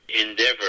endeavor